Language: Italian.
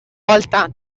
volta